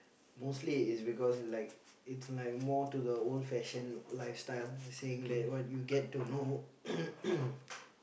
mostly is because like it's like more to the old fashioned lifestyle saying that what you get to know